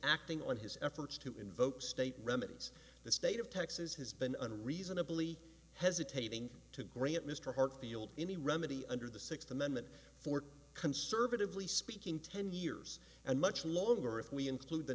acting on his efforts to invoke state remedies the state of texas has been reasonably hesitating to grant mr hartfield any remedy under the sixth amendment for conservatively speaking ten years and much longer if we include the